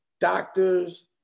doctors